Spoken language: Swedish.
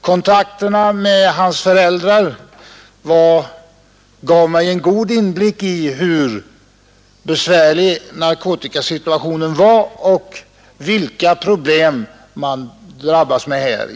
Kontakterna med hans föräldrar gav mig en god inblick i hur besvärlig narkotikasituationen var och vilka problem man kämpar med på detta område.